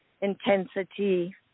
intensity